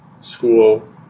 school